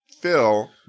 Phil